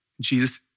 Jesus